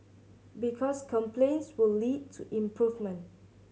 because complaints will lead to improvement